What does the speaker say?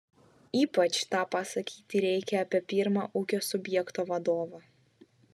ypač tą pasakyti reikia apie pirmą ūkio subjekto vadovą